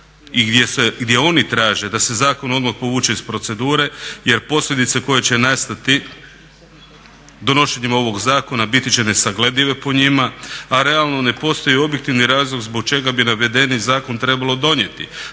gdje oni traže da se zakon odmah povuče iz procedure jer posljedice koje će nastati donošenjem ovog zakona biti će nesagledive po njima, a realno ne postoji objektivni razlog zbog čega bi navedeni zakon trebalo donijeti.